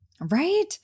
Right